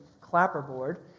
clapperboard